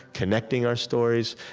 connecting our stories,